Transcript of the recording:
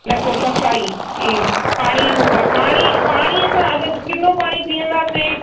न को सफ़ाई ऐं पाणीअ मूका पाणी पाणीअ सां अगरि किन्नो पाणी पीअंदासीं